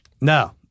No